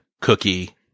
cookie